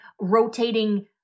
rotating